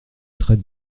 traite